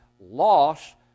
Loss